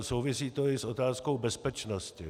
Souvisí to i s otázkou bezpečnosti.